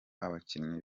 abakinnyi